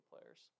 players